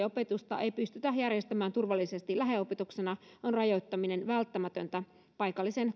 opetusta ei pystytä järjestämään turvallisesti lähiopetuksena on rajoittaminen välttämätöntä paikallisen